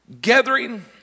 gathering